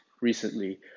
recently